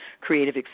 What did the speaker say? creative